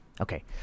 Okay